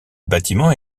bâtiment